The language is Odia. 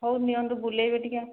ହଉ ନିଅନ୍ତୁ ବୁଲେଇବେ ଟିକିଏ